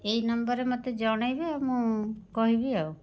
ଏଇ ନମ୍ବର୍ରେ ମୋତେ ଜଣାଇବେ ମୁଁ କହିବି ଆଉ